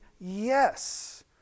yes